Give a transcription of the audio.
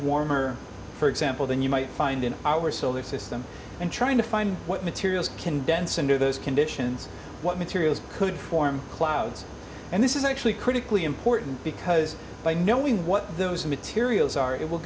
warmer for example than you might find in our solar system and trying to find what materials condense into those conditions what materials could form clouds and this is actually critically important because by knowing what those materials are it will